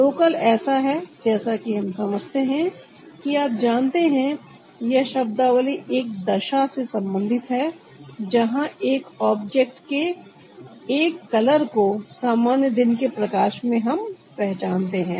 local ऐसा है जैसा कि हम समझते हैं कि आप जानते हैं यह शब्दावली एक दशा से संबंधित है जहां एक ऑब्जेक्ट के एकलर को सामान्य दिन के प्रकाश में हम पहचानते हैं